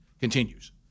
continues